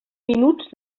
minuts